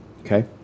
Okay